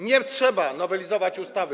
Nie trzeba nowelizować ustawy.